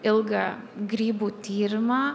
ilgą grybų tyrimą